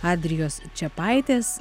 adrijos čepaitės